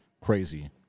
Crazy